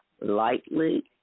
lightly